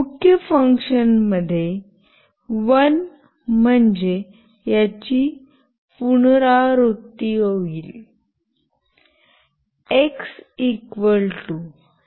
मुख्य फंक्शनमध्ये म्हणजे याची पुनरावृत्ती होईल